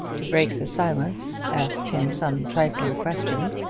to break the silence, asked him some trifling question.